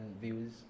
views